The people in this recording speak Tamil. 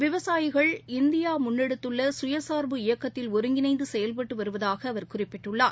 விவசாயிகள் இந்தியாமுன்னெடுத்துள்ளசுயசார்பு இயக்கத்தில் ஒருங்கிணைந்துசெயல்பட்டுவருவதாகஅவர் குறிப்பிட்டுள்ளார்